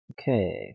Okay